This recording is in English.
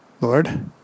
Lord